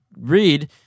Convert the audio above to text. read